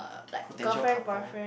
potential couple